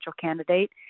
candidate